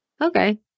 Okay